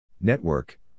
Network